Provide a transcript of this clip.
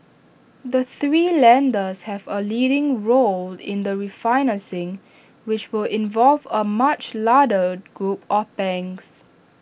the three lenders have A leading role in the refinancing which will involve A much larder group of banks